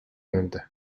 yönde